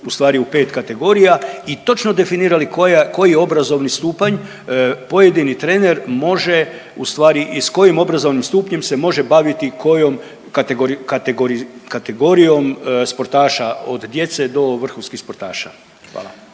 u stvari u pet kategorija i točno definirali koji obrazovni stupanj pojedini trener može u stvari i s kojim obrazovnim stupnjem se može baviti, kojom kategorijom sportaša od djece do vrhunskih sportaša. Hvala.